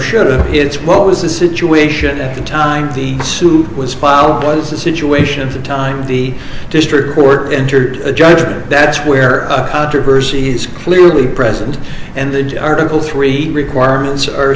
should've it's what was the situation at the time the suit was filed was a situation of the time the district court entered a judgment that's where percy is clearly present and the article three requirements are